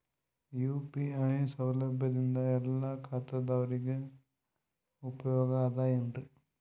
UPI ಸೌಲಭ್ಯದಿಂದ ಎಲ್ಲಾ ಖಾತಾದಾವರಿಗ ಉಪಯೋಗ ಅದ ಏನ್ರಿ?